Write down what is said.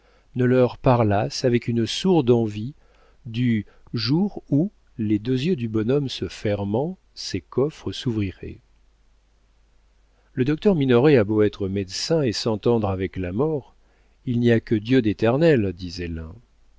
ne leur parlassent avec une sourde envie du jour où les deux yeux du bonhomme se fermant ses coffres s'ouvriraient le docteur minoret a beau être médecin et s'entendre avec la mort il n'y a que dieu d'éternel disait l'un